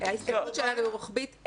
ההסתכלות שלנו היא רוחבית.